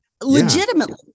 legitimately